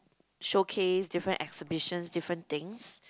showcases different exhibitions different things